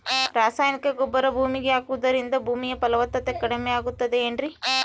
ರಾಸಾಯನಿಕ ಗೊಬ್ಬರ ಭೂಮಿಗೆ ಹಾಕುವುದರಿಂದ ಭೂಮಿಯ ಫಲವತ್ತತೆ ಕಡಿಮೆಯಾಗುತ್ತದೆ ಏನ್ರಿ?